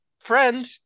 friend